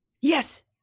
Yes